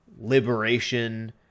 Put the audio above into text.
Liberation